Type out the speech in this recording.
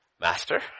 Master